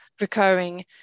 recurring